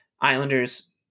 Islanders